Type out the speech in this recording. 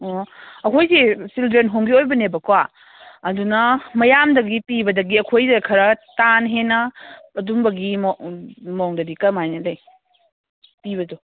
ꯑꯣ ꯑꯩꯈꯣꯏꯁꯤ ꯆꯤꯜꯗ꯭ꯔꯦꯟ ꯍꯣꯝꯒꯤ ꯑꯣꯏꯕꯅꯦꯕꯀꯣ ꯑꯗꯨꯅ ꯃꯌꯥꯝꯗꯒꯤ ꯄꯤꯕꯗꯒꯤ ꯑꯩꯈꯣꯏꯗ ꯈꯔ ꯇꯥꯅ ꯍꯦꯟꯅ ꯑꯗꯨꯝꯕꯒꯤ ꯃꯑꯣꯡ ꯃꯑꯣꯡꯗꯗꯤ ꯀꯃꯥꯏꯅ ꯂꯩ ꯄꯤꯕꯗꯣ